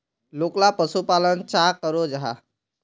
लोकला पशुपालन चाँ करो जाहा?